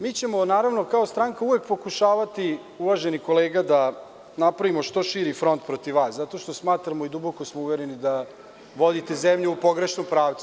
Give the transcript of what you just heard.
Mi ćemo kao stranka uvek pokušavati, uvaženi kolega, da napravimo što širi front protiv vas, zato što smatramo i duboko smo uvereni da vodite zemlju u pogrešnom pravcu.